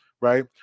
right